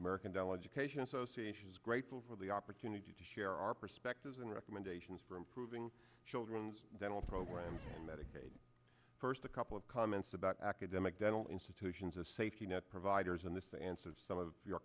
is grateful for the opportunity to share our perspectives and recommendations for improving children's dental programs medicaid first a couple of comments about academic dental institutions a safety net providers in this answer of some of your